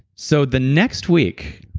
so, the next week,